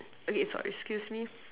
okay sorry excuse me